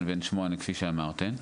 בן שמונה, כפי שאמרתם,